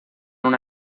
una